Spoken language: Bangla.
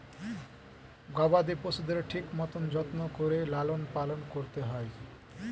গবাদি পশুদের ঠিক মতন যত্ন করে লালন পালন করতে হয়